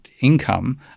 income